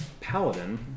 paladin